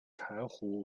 柴胡